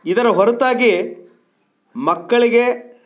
ಇದರ ಹೊರತಾಗಿ ಮಕ್ಕಳಿಗೆ